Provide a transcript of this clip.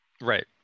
Right